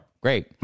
great